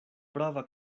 brava